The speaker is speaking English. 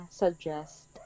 suggest